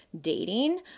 dating